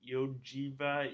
Yojiva